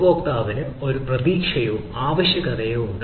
ഉപഭോക്താവിന് ഒരു പ്രതീക്ഷയോ ആവശ്യകതയോ ഉണ്ട്